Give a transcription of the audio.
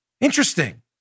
Interesting